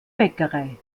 bäckerei